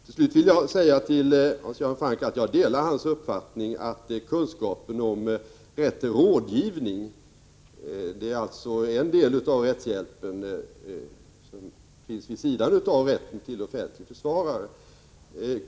Till sist vill jag säga till Hans Göran Franck att jag delar hans uppfattning när det gäller kunskapen om rätt till rådgivning, som är en del av rättshjälpen vid sidan av rätten till offentlig försvarare.